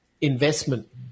investment